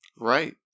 Right